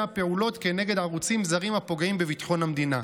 פעולות כנגד ערוצים זרים הפוגעים בביטחון המדינה.